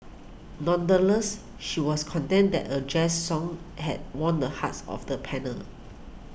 nonetheless she was contented that a Jazz song had won the hearts of the panel